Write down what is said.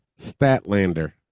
Statlander